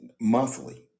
Monthly